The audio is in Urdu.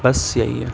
بس یہی ہے